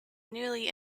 newly